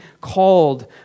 called